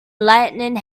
lightning